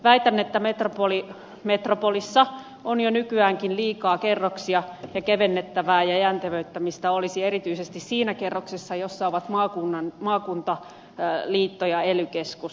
väitän että metropolissa on jo nykyäänkin liikaa kerroksia ja kevennettävää ja jäntevöittämistä olisi erityisesti siinä kerroksessa jossa ovat maakuntaliitto ja ely keskus